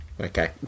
okay